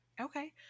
Okay